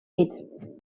did